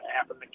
happen